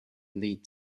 lead